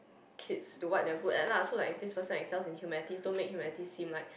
kids to what they are good at lah so like if this person excels in humanities don't make humanities seem like